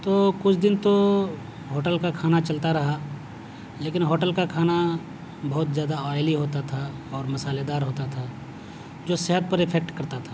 تو کچھ دن تو ہوٹل کا کھانا چلتا رہا لیکن ہوٹل کا کھانا بہت زیادہ آئلی ہوتا تھا اور مصالحے دار ہوتا تھا جو صحت پر افیکٹ کرتا تھا